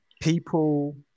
people